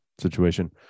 situation